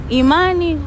imani